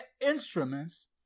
instruments